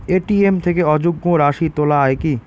ATM থেকে অযুগ্ম রাশি তোলা য়ায় কি?